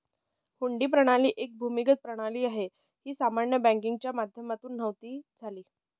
हुंडी प्रणाली एक भूमिगत प्रणाली आहे, ही सामान्य बँकिंगच्या माध्यमातून नव्हती झाली